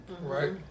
right